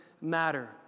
matter